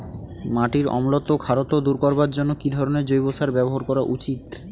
মাটির অম্লত্ব ও খারত্ব দূর করবার জন্য কি ধরণের জৈব সার ব্যাবহার করা উচিৎ?